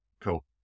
cool